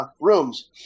rooms